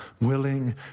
willing